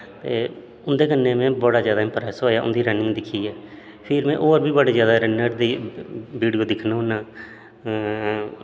ते उं'दे कन्नै में बड़ा ज्यादा इमप्रेस होएआ उन्दी रनिंग दिक्खियै फिर में होर बी बड़ी ज्यादा रनर दी वीडियो दिक्खना होन्नां